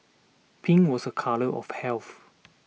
pink was a colour of health